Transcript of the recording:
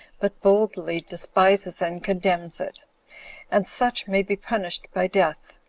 but boldly despises and contemns it and such may be punished by death,